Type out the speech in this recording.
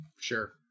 sure